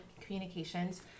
communications